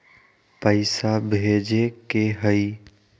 पैसा भेजे के हाइ?